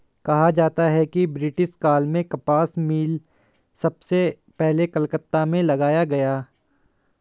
कहा जाता है कि ब्रिटिश काल में कपास मिल सबसे पहले कलकत्ता में लगाया गया